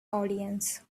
audience